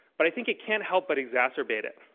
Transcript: but i think it can't help but exacerbate it.